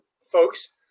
folks